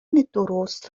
درست